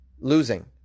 Losing